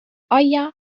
aia